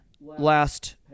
last